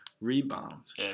rebounds